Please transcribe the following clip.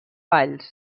valls